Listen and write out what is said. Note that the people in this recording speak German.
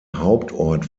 hauptort